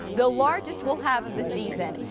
the largest we'll have of the season.